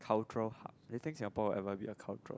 cultural hub do you think Singapore will ever be a cultural hub